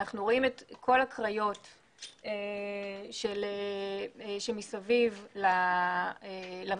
ואנחנו רואים את כל הקריות של שמסביב למפרץ